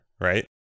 right